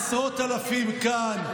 עשרות אלפים כאן,